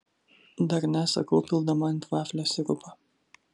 dar ne sakau pildama ant vaflio sirupą